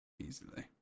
easily